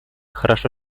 хорошо